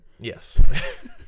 Yes